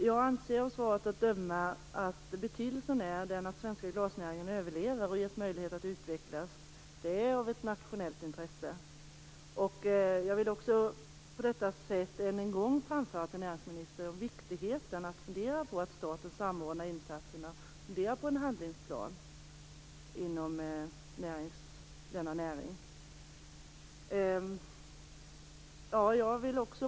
Herr talman! Av svaret att döma är det av betydelse att den svenska glasnäringen överlever och ges möjlighet att utvecklas. Detta är av nationellt intresse. Jag vill på detta sätt än en gång framföra till näringsministern att det är viktigt att fundera över statliga samordnade insatser och över en handlingsplan för denna näring.